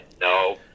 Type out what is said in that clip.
No